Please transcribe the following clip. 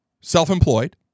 self-employed